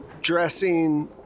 dressing